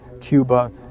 Cuba